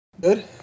Good